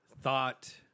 thought